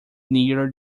near